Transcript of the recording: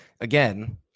again